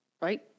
Right